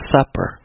Supper